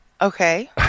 Okay